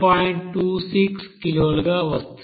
26 కిలోలుగా వస్తుంది